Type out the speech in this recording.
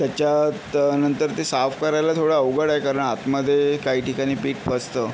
त्याच्यात नंतर ते साफ करायला थोडं अवघड आहे कारण आतमध्ये काही ठिकाणी पीठ फसतं